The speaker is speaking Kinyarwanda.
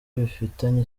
bifitanye